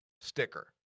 sticker